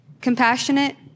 Compassionate